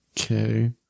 Okay